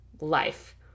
life